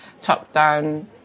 top-down